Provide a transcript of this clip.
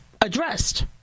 addressed